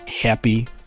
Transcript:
happy